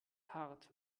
hart